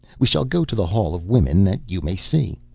we shall go to the hall of women that you may see.